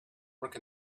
work